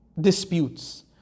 disputes